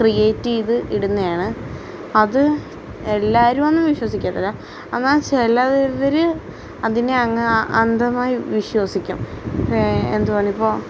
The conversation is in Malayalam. ക്രിയേറ്റ് ചെയ്ത് ഇടുന്നതാണ് അത് എല്ലാവരും ഒന്നും വിശ്വസിക്കത്തില്ല എന്നാൽ ചിലവർ അതിനെ അങ്ങ് അന്ധമായി വിശ്വാസിക്കും എന്തുവാണിപ്പോൾ